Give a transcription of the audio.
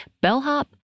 bellhop